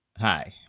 hi